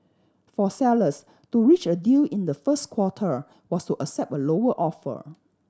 for sellers to reach a deal in the first quarter was to accept a lower offer